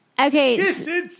Okay